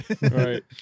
Right